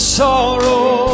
sorrow